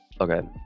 Okay